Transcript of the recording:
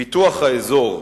פיתוח האזור,